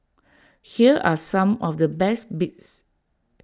here are some of the best bits